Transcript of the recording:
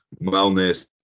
wellness